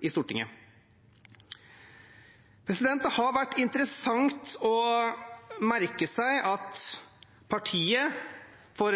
i Stortinget. Det har vært interessant å merke seg at partiet for